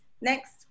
Next